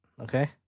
okay